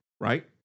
right